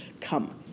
come